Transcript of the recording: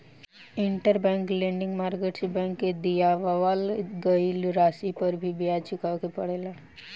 interbank lending market से bank के दिअवावल गईल राशि पर भी ब्याज चुकावे के पड़ेला